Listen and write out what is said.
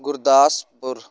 Gurdaspur